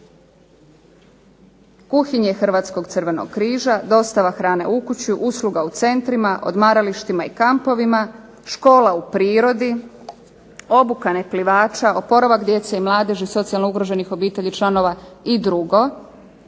Kuhinje Hrvatskog crvenog križa, dostava hrane u kuće, usluga u centrima, odmaralištima i kampovima, škola u prirodi, obuka neplivača, oporavak djece i mladeži socijalno ugroženih obitelji, članova i drugo.